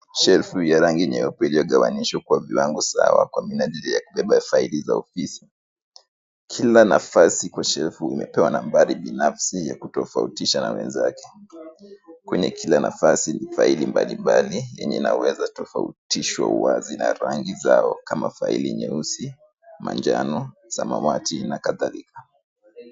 Shelfu ya rangi nyeupe iliyogawanyishwa kwa viwango sawa kwa minajili ya kubeba faili za ofisi. Kila nafasi kwa shelfu imepewa nambari binafsi ya kutofautisha na wenzake, kwenye kila nafasi faili mbalimbali yenye inaweza tofautishwa wazi na rangi zao kama faili nyeusi, manjano, samawati na kadhalika.